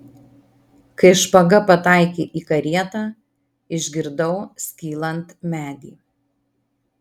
kai špaga pataikė į karietą išgirdau skylant medį